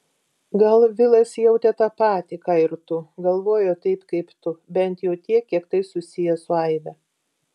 gal vilas jautė tą patį ką ir tu galvojo taip kaip tu bent jau kiek tai susiję su aive